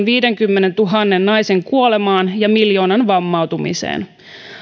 viidenkymmenentuhannen naisen kuolemaan ja miljoonan vammautumiseen